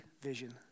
vision